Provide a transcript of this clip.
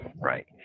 Right